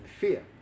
fear